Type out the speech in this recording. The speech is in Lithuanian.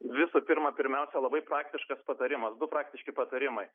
visų pirma pirmiausia labai praktiškas patarimas du praktiški patarimai